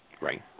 Right